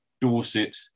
Dorset